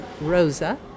Rosa